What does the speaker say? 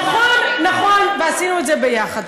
נכון, נכון, ועשינו את זה ביחד.